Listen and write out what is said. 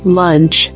lunch